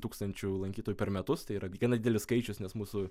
tūkstančių lankytojų per metus tai yra gana didelis skaičius nes mūsų